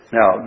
Now